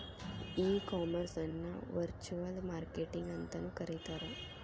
ಈ ಕಾಮರ್ಸ್ ಅನ್ನ virtual marketing ಅಂತನು ಕರೇತಾರ